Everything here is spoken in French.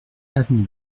avenue